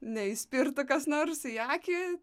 neįspirtų kas nors į akį